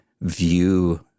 view